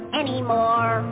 anymore